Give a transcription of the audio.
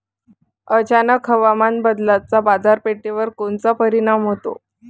अचानक हवामान बदलाचा बाजारपेठेवर कोनचा परिणाम होतो?